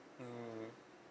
mmhmm